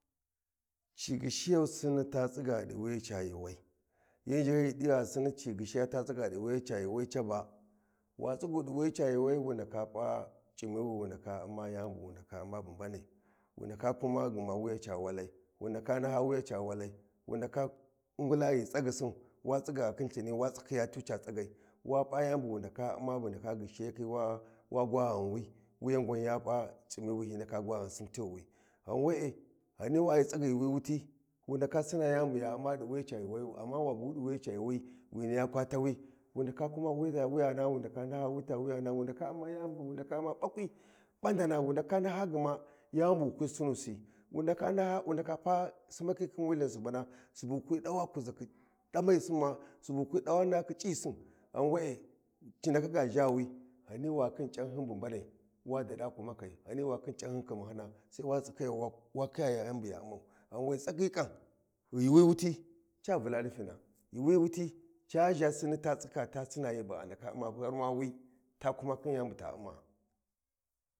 Ci ghishiyau sinni ta tsiga di wuya ca yuuwai yan ghahyiyi ghi diva sinni ci ghishiya ta tsiga di wuya ca yuuwai ca ba, wa tsigu di wuya ca yuuwi wu ndaka pa c’mi wi wu ndaka umma wi ta wuyani bu mbanai, wu ndaka kuma gma wuya ca walai wu ndaka naha wuya ca walai, wu ndaka ngula ghi tsaghi sin wa tsiga ghu khin khini wa tsikhiya tu ca tsagai wa pa yani bu wu ndaka umma bu ghishi yak hi wa gwa ghanwi wuyan gwan ya pa c’imi wi hyi ndaka gwa ghansin tighiwi ghan we’e Ghani wag hi tsaga di yuuwi wuti wu ndaka sina. Yan ya umma di wuya ca yuuwa yu, amma wa bu di wuya ca yuuwai, wi niya kwa tawi wu ndaka kuma wi ta wuyana wu ndaka naha wi ta wuyana wu ndaka umma yani bu wu ndaka umma bakwai bandana wu ndaka nah agma yani bu wi kwi sinissi wu ndaka naha wu ndaka pa simakhi khin wi lthin da maisin ma subu wu kwi dawa nahakhi c’isin ghan we’e ci ndaka ga zha wi Ghani wa khin c’anyhin bu mbanai wa dada kumakai Ghani wa khin c’anhyin khimahyina sai wa tsikhiyan wa khiya yani buy a umman ghai we tsaghi kan yauuwi wuti ca vula nifina yuuwi wuti zha sinni ta tsiga ta sina yani kuma khin yani buta umma ah.